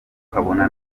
ukabona